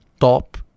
top